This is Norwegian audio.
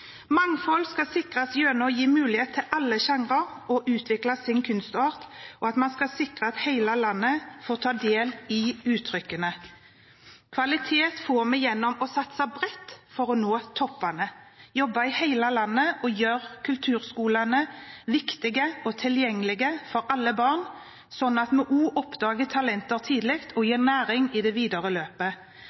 Mangfold skal sikres gjennom å gi mulighet for alle sjangre til å utvikle sin kunstart, og ved at hele landet får ta del i uttrykkene. Kvalitet får vi gjennom å satse bredt for å nå toppene, jobbe i hele landet og gjøre kulturskolene viktige og tilgjengelige for alle barn, sånn at vi oppdager talenter tidlig og gir dem næring i det videre løpet.